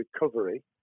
recovery